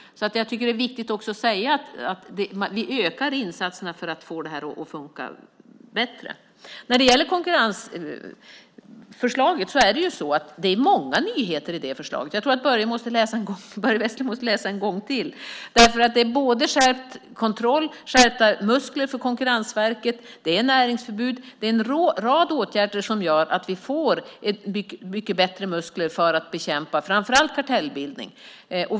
Vi ökar alltså insatserna för att få detta att funka bättre. Det finns många nyheter i konkurrensförslaget. Jag tror att Börje Vestlund måste läsa en gång till. Det är både skärpt kontroll och skärpta muskler för Konkurrensverket. Det är näringsförbud och en rad andra åtgärder som gör att vi får mycket bättre muskler för att bekämpa framför allt kartellbildning.